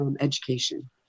education